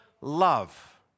love